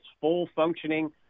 full-functioning